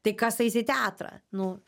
tai kas eis į teatrą nu